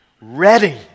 Ready